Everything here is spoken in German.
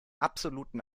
absoluten